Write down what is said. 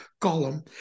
column